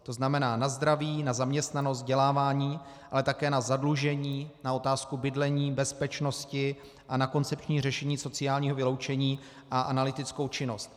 To znamená na zdraví, zaměstnanost, vzdělávání, ale také na zadlužení, na otázku bydlení, bezpečnosti a na koncepční řešení sociálního vyloučení a analytickou činnost.